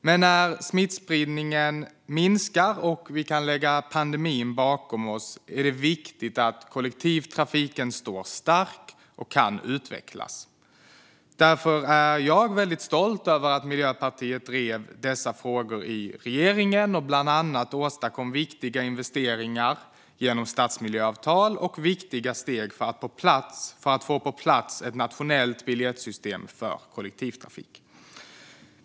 Men när smittspridningen minskar och vi kan lämna pandemin bakom oss är det viktigt att kollektivtrafiken står stark och kan utvecklas. Därför är jag stolt över att Miljöpartiet drev dessa frågor i regeringen och bland annat åstadkom viktiga investeringar genom stadsmiljöavtal och viktiga steg för att få på plats ett nationellt biljettsystem för kollektivtrafik.